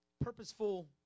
purposeful